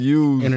use